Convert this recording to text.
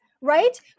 right